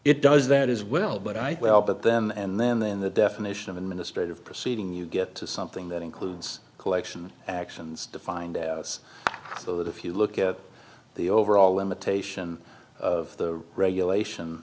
it does that as well but i well but them and then then the definition of administrative proceeding you get to something that includes collection actions defined so that if you look at the overall limitation of the regulation